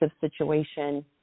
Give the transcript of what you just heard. situation